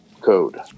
code